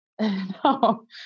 No